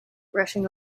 rushing